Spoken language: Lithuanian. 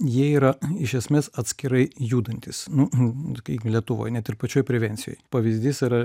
jie yra iš esmės atskirai judantys nu nu kaip lietuvoj net ir pačioj prevencijoj pavyzdys yra